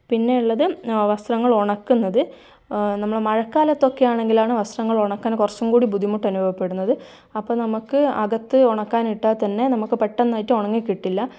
പിന്നെയുള്ളത് വസ്ത്രങ്ങൾ ഉണക്കുന്നത് നമ്മൾ മഴക്കാലത്തൊക്കെ ആണെങ്കിലാണ് വസ്ത്രങ്ങൾ ഉണക്കാൻ കുറച്ചും കൂടി ബുദ്ധിമുട്ടനുഭവപ്പെടുന്നത് അപ്പം നമുക്ക് അകത്ത് ഉണക്കാൻ ഇട്ടാൽ തന്നെ നമ്മൾക്ക് പെട്ടെന്നായിട്ട് ഉണങ്ങി കിട്ടില്ല